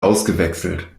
ausgewechselt